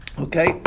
Okay